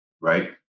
right